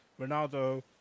Ronaldo